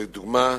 לדוגמה,